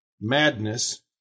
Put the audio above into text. Madness